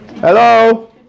Hello